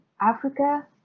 Africa